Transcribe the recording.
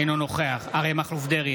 אינו נוכח אריה מכלוף דרעי,